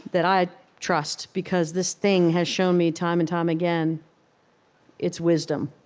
that i trust, because this thing has shown me time and time again its wisdom.